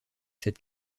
cette